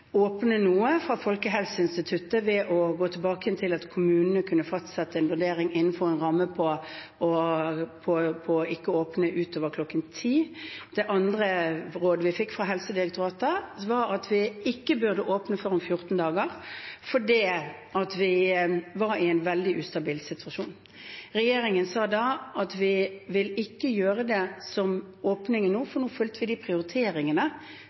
fra Folkehelseinstituttet om å åpne noe ved å gå tilbake til at kommunene kunne gjøre en vurdering innenfor en ramme om ikke å ha åpent utover kl. 22. Det andre rådet vi fikk, fra Helsedirektoratet, var at vi ikke burde åpne før om 14 dager, fordi vi var i en veldig ustabil situasjon. Regjeringen sa da at vi ikke vil åpne nå, for nå fulgte vi de prioriteringene